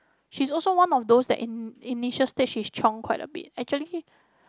she's also one of those that in initial stage she's chiong quite a bit actually she